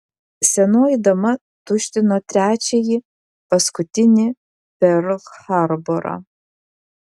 senoji dama tuštino trečiąjį paskutinį perl harborą